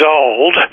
old